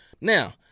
Now